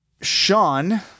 Sean